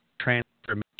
transformation